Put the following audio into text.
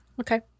okay